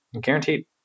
guaranteed